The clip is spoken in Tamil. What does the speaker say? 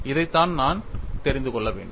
இதைத்தான் நான் தெரிந்து கொள்ள வேண்டும்